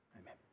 Amen